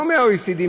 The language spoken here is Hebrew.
לא מה-OECD,